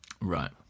Right